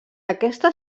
aquesta